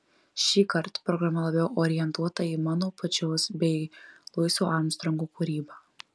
šįkart programa labiau orientuota į mano pačios bei luiso armstrongo kūrybą